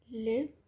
Live